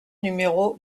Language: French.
numéro